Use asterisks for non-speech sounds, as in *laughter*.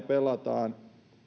*unintelligible* pelataan ulkolajeja